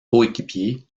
coéquipier